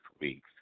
weeks